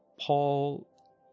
Paul